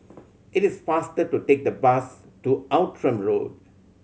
it is faster to take the bus to Outram Road